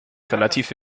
relativ